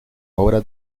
obra